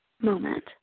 moment